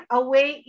away